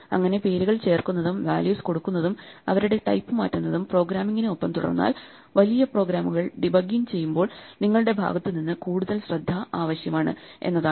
അങ്ങനെ പേരുകൾ ചേർക്കുന്നതും വാല്യൂസ് കൊടുക്കുന്നതും അവരുടെ ടൈപ്പ് മാറ്റുന്നതും പ്രോഗ്രാമിങ്ങിന് ഒപ്പം തുടർന്നാൽ വലിയ പ്രോഗ്രാമുകൾ ഡീബഗ്ഗിംഗ് ചെയ്യുമ്പോൾ നിങ്ങളുടെ ഭാഗത്തു നിന്ന് കൂടുതൽ ശ്രദ്ധ ആവശ്യമാണ് എന്നതാണ്